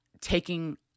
taking